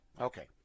okay